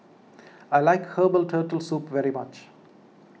I like Herbal Turtle Soup very much